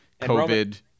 COVID